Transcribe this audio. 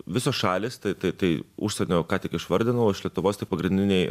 visos šalys tai tai tai užsienio ką tik išvardinaup iš lietuvos tai pagrindiniai